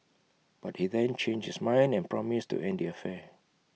but he then changed his mind and promised to end the affair